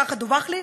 כך דווח לי,